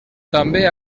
també